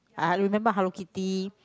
I remember Hello Kitty